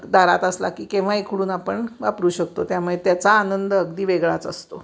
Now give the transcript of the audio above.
दारात असला की केव्हाही खुडून आपण वापरू शकतो त्यामुळे त्याचा आनंद अगदी वेगळाच असतो